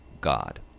God